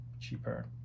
cheaper